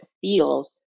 feels